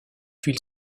huile